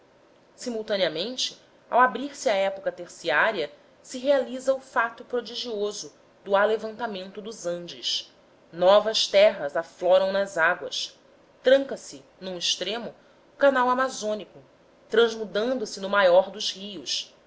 simultaneamente ao abrir-se a época terciária se realiza o fato prodigioso do alevantamento dos andes novas terras afloram nas águas tranca se num extremo o canal amazônico transmudando se no maior dos rios